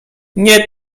nie